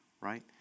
right